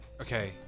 okay